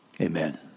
Amen